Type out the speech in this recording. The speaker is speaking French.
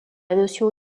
notion